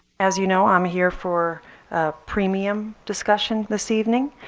as you know i'm here for premium discussion this evening.